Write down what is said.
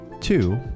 Two